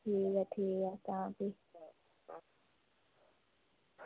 ठीक ऐ ठीक ऐ तां भी